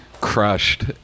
crushed